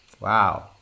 Wow